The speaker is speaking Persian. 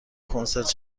کنسرت